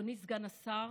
אדוני סגן השר